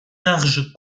larges